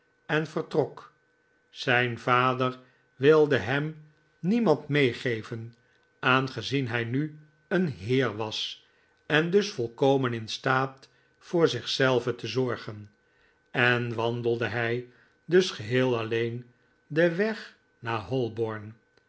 en vertrok zijn vader wilde hem niemand meegeven aangezien hij nu een heer was en dus volkomen in staat voor zich zelven te zorgen en wandelde hij dus geheel alleen den weg naar holborn